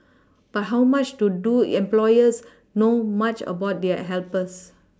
but how much to do employers know much about their helpers